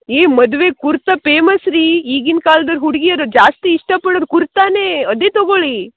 ಏ ಮದ್ವೇಗೆ ಕುರ್ತಾ ಪೇಮಸ್ ರೀ ಈಗಿನ ಕಾಲ್ದಲ್ಲಿ ಹುಡ್ಗಿಯರು ಜಾಸ್ತಿ ಇಷ್ಟ ಪಡೋದ್ ಕುರ್ತಾನೆ ಅದೇ ತಗೊಳಿ